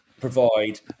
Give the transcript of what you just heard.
provide